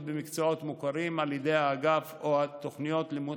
במקצועות המוכרים על ידי האגף או תוכניות לימוד